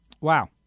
Wow